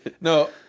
No